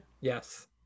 Yes